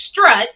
strut